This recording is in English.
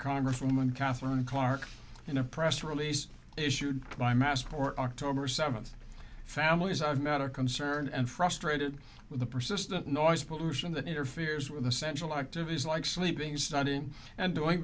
congresswoman katherine clarke in a press release issued by massport october seventh families i've met are concerned and frustrated with the persistent noise pollution that interferes with essential activities like sleeping studying and doing